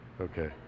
okay